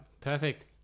perfect